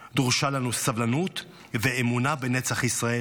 דרושות לנו סבלנות ואמונה בנצח ישראל.